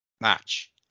match